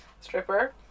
stripper